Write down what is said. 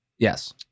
Yes